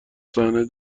صحنه